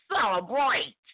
celebrate